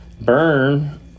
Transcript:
Burn